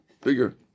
bigger